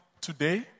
today